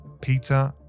Peter